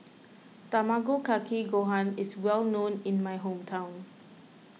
Tamago Kake Gohan is well known in my hometown